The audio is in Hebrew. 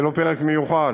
יהיה לו פרק מיוחד,